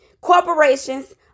corporations